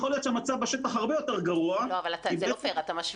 יכול להיות שהמצב בשטח הרבה יותר גרוע --- אבל זה לא הוגן,